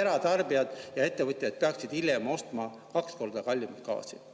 eratarbijad ja ettevõtjad peaksid hiljem ostma kaks korda kallimat gaasi?